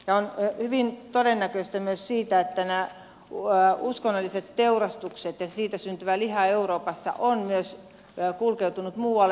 on hyvin todennäköistä myös se että uskonnollisista teurastuksista euroopassa syntyvä liha on myös kulkeutunut muualle